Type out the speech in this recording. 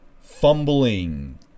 fumbling